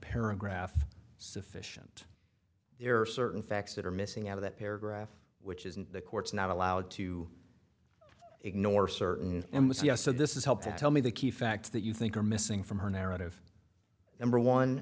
paragraph sufficient there are certain facts that are missing out of that paragraph which isn't the court's not allowed to ignore certain m c s so this is helpful tell me the key facts that you think are missing from her narrative number one